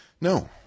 No